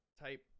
type